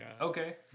okay